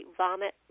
vomit